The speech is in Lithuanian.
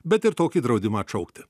bet ir tokį draudimą atšaukti